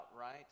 Right